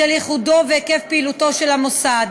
בשל ייחודו והיקף פעילותו של המוסד,